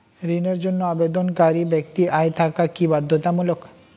ঋণের জন্য আবেদনকারী ব্যক্তি আয় থাকা কি বাধ্যতামূলক?